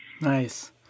Nice